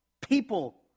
People